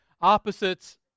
Opposites